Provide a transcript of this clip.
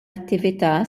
attività